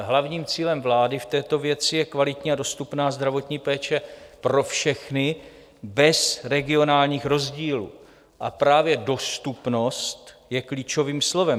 Hlavním cílem vlády v této věci je kvalitní a dostupná zdravotní péče pro všechny bez regionálních rozdílů, a právě dostupnost je klíčovým slovem.